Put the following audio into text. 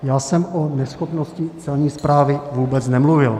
Já jsem o neschopnosti Celní správy vůbec nemluvil.